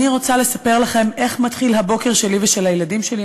אני רוצה לספר לכם איך מתחיל הבוקר שלי ושל הילדים שלי.